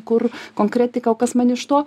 kur konkretika o kas man iš to